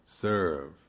serve